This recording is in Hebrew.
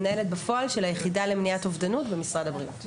מנהלת בפועל של היחידה למניעת אובדנות במשרד הבריאות.